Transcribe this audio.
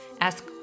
ask